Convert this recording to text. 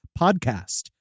podcast